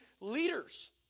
leaders